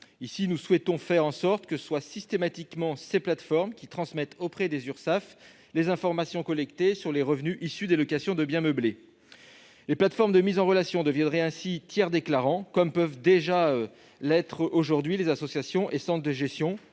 Nous souhaitons faire en sorte que ces plateformes transmettent systématiquement aux Urssaf les informations collectées sur les revenus issus des locations de biens meublés. Les plateformes de mise en relation deviendraient ainsi des tiers déclarants, comme peuvent déjà l'être aujourd'hui les associations et centres de gestion